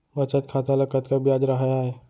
बचत खाता ल कतका ब्याज राहय आय?